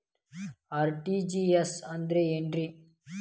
RTGS ಅಂದ್ರ ಏನ್ರಿ?